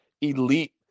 elite